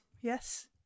yes